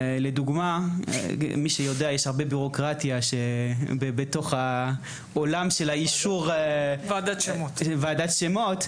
יש הרבה בירוקרטיה בתוך העולם של אישור ועדת שמות,